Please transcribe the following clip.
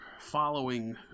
following